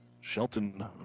Shelton